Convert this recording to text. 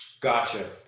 Gotcha